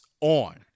on